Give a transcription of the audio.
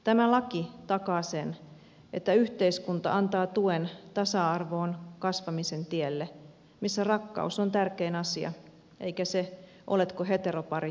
tämä laki takaa sen että yhteiskunta antaa tuen tasa arvoon kasvamisen tielle missä rakkaus on tärkein asia kasvavalle lapselle eikä se oletteko heteropari